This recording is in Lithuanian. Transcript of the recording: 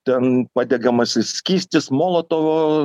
ten padegamasis skystis molotovo